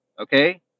okay